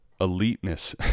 eliteness